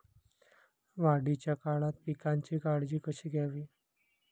वाढीच्या काळात पिकांची काळजी कशी घ्यावी?